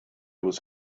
was